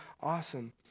awesome